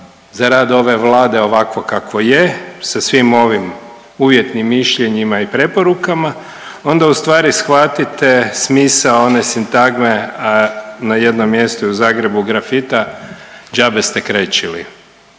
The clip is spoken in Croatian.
za rad ove Vlade ovakvo kakvo je sa svim ovim uvjetnim mišljenjima i preporukama, onda ustvari shvatite smisao one sintagme, na jednom mjestu i u Zagrebu grafita, džabe ste krečili.